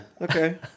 okay